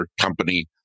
company